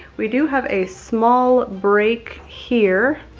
we do have a small break here,